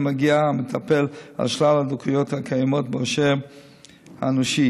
מגיע המטפל על שלל הדקויות הקיימות בעושר האנושי.